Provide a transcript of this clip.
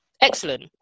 Excellent